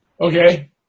Okay